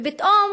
ופתאום